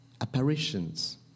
apparitions